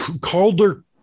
Calder